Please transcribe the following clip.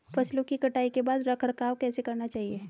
फसलों की कटाई के बाद रख रखाव कैसे करना चाहिये?